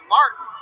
Martin